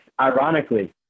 ironically